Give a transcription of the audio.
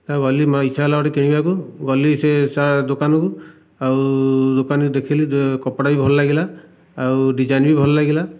ଗଲି ମୋ ଇଚ୍ଛା ହେଲା ଗୋଟିଏ କିଣିବାକୁ ଗଲି ସେ ସା ଦୋକାନକୁ ଆଉ ଦୋକାନରେ ଦେଖିଲି କପଡ଼ା ବି ଭଲ ଲାଗିଲା ଆଉ ଡିଜାଇନ୍ ବି ଭଲ ଲାଗିଲା